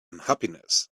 unhappiness